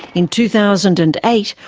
in two thousand and eight,